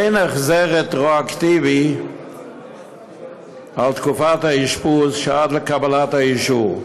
אין החזר רטרואקטיבי על תקופת האשפוז שעד לקבלת האישור,